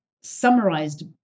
summarized